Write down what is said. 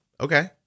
Okay